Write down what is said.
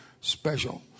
special